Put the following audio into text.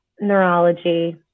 neurology